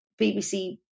BBC